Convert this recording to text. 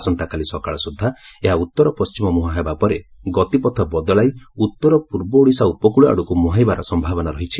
ଆସନ୍ତାକାଲି ସକାଳ ସୁଦ୍ଧା ଏହା ଉତ୍ତରପଣ୍ଟିମ ମୁହାଁ ହେବା ପରେ ଗତିପଥ ବଦଳାଇ ଉତ୍ତର ପୂର୍ବ ଓଡ଼ିଶା ଉପକୂଳ ଆଡ଼କୁ ମୁହାଁଇବାର ସମ୍ଭାବନା ରହିଛି